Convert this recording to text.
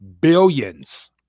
billions